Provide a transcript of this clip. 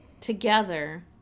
together